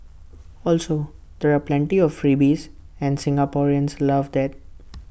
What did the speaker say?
also there are plenty of freebies and Singaporeans love that